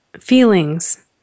feelings